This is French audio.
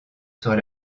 sur